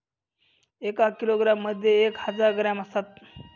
एका किलोग्रॅम मध्ये एक हजार ग्रॅम असतात